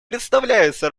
представляется